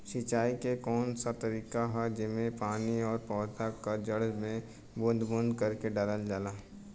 सिंचाई क कउन सा तरीका ह जेम्मे पानी और पौधा क जड़ में बूंद बूंद करके डालल जाला?